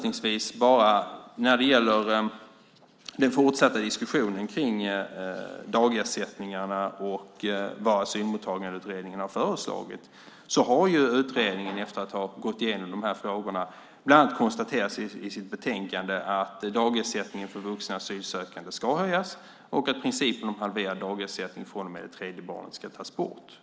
När det gäller den fortsatta diskussionen kring dagersättningarna och vad Asylmottagningsutredningen har föreslagit vill jag avslutningsvis säga att utredningen efter att ha gått igenom de här frågorna bland annat i sitt betänkande konstaterar att dagersättningen för vuxna asylsökande ska höjas och att principen för halverad dagersättning från och med det tredje barnet ska tas bort.